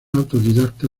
autodidacta